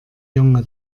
junge